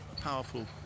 powerful